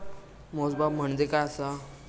मोजमाप म्हणजे काय असा?